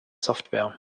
software